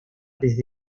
desde